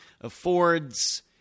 affords –